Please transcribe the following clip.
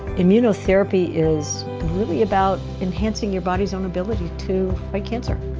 immunotherapy is really about enhancing your body's own ability to fight cancer.